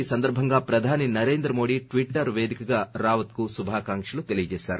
ఈ సందర్భంగా ప్రధాని నరేంద్ర మోడీ ట్విట్టర్ పేదికగా రావత్ శుభాకాంక్షలు తెలిపారు